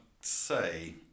say